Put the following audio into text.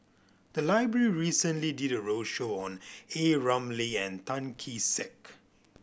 the library recently did a roadshow on A Ramli and Tan Kee Sek